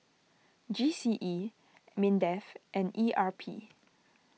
G C E Mindef and E R P